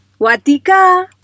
Watika